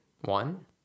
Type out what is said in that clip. one